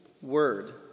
word